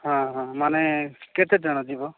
ହଁ ହଁ ମାନେ କେତେଜଣ ଯିବ